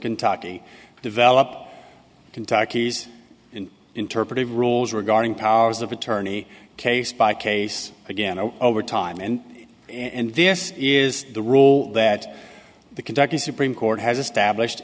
kentucky developed kentucky's interpretive rules regarding powers of attorney case by case again over time and and this is the rule that the conduct of supreme court has established